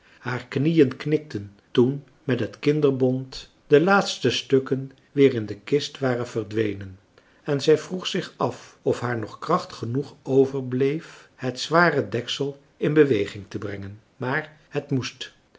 haar knieën knikten toen met het kinderbont de laatste stukken weer in de kist waren verdwenen en zij vroeg zich af of haar nog kracht genoeg overbleef het zware deksel in beweging te brengen maar het moest